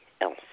else